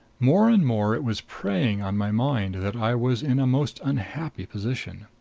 more and more it was preying on my mind that i was in a most unhappy position.